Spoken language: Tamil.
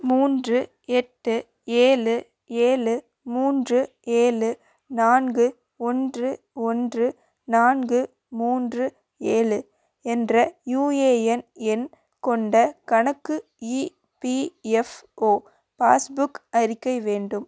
மூன்று எட்டு ஏழு ஏழு மூன்று ஏழு நான்கு ஒன்று ஒன்று நான்கு மூன்று ஏழு என்ற யுஏஎன் எண் கொண்ட கணக்கு இபிஎஃப்ஓ பாஸ்புக் அறிக்கை வேண்டும்